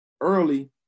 early